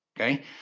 okay